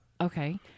Okay